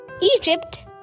Egypt